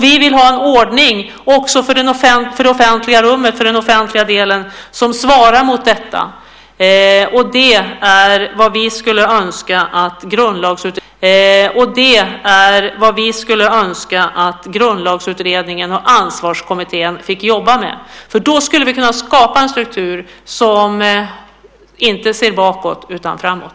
Vi vill ha en ordning också för den offentliga delen som svarar mot detta. Det är vad vi skulle önska att Grundlagsutredningen och Ansvarskommittén fick jobba med, för då skulle vi kunna skapa en struktur som inte ser bakåt utan framåt.